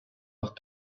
ucht